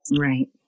Right